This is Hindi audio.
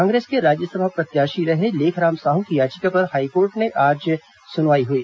कांग्रेस के राज्यसभा प्रत्याशी रहे लेखराम साहू की याचिका पर हाईकोर्ट में आज सुनवाई हुई